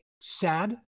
sad